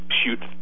shoot